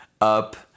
up